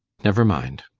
never mind!